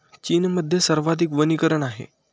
चीनमध्ये सर्वाधिक वनीकरण आहे